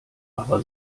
aber